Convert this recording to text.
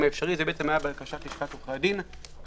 האפשרי זו היתה בקשת לשכת עורכי הדין,